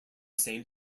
same